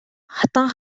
хатан